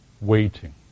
waiting